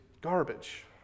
garbage